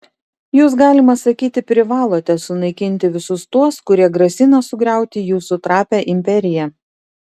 jūs galima sakyti privalote sunaikinti visus tuos kurie grasina sugriauti jūsų trapią imperiją